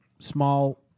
Small